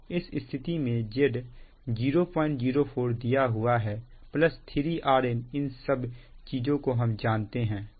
इस स्थिति में Z 004 दिया हुआ है 3 Rn इन सब चीजों को हम जानते हैं